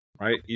Right